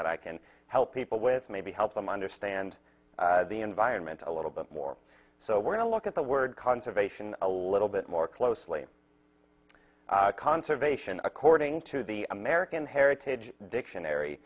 that i can help people with maybe help them understand the environment a little bit more so we're going to look at the word conservation a little bit more closely conservation according to the american heritage dictionary